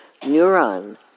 neuron